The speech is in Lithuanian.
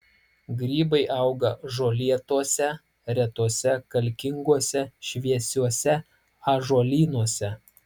grybai auga žolėtuose retuose kalkinguose šviesiuose ąžuolynuose